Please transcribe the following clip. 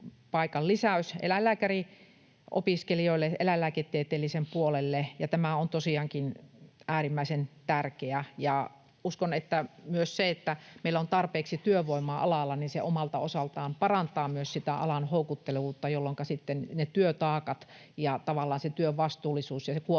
paikan lisäys eläinlääkäriopiskelijoille eläinlääketieteellisen puolelle, ja tämä on tosiaankin äärimmäisen tärkeää. Uskon, että myös se, että meillä on tarpeeksi työvoimaa alalla, omalta osaltaan parantaa alan houkuttelevuutta, jolloinka työtaakat ja tavallaan se työn vastuullisuus ja kuormittavuus